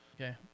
Okay